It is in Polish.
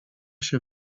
się